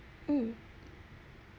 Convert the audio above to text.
um